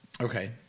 Okay